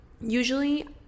Usually